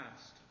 past